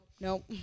Nope